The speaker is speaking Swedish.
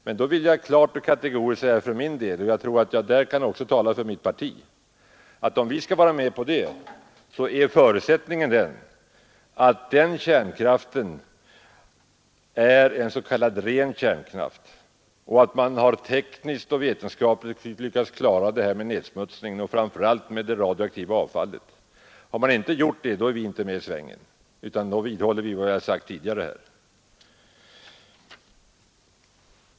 Men då vill jag klart och kategoriskt deklarera, och jag tror att jag då också kan tala för mitt parti, att om vi skall vara med på den saken så är förutsättningen att kärnkraften är s.k. ren kärnkraft och att man tekniskt och vetenskapligt har lyckats klara problemet med nedsmutsningen, speciellt problemet med det radioaktiva avfallet. Så länge man inte lyckas med den saken är vi inte med i svängen, utan då vidhåller vi vår restriktiva ståndpunkt.